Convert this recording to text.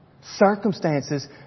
Circumstances